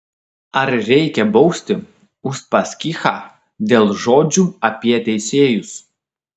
ar reikia bausti uspaskichą dėl žodžių apie teisėjus